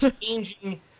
Changing